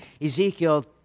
Ezekiel